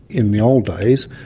in the old days,